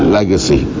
legacy